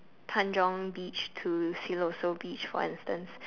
Tanjong-beach to Siloso-beach for instance